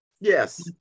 Yes